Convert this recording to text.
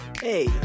Hey